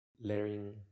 layering